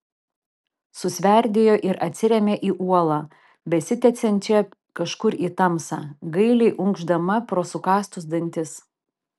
susverdėjo ir atsirėmė į uolą besitęsiančią kažkur į tamsą gailiai unkšdama pro sukąstus dantis